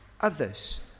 Others